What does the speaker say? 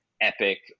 epic